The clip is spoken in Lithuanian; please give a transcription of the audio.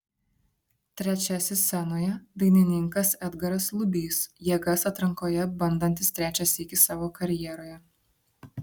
trečiasis scenoje dainininkas edgaras lubys jėgas atrankoje bandantis trečią sykį savo karjeroje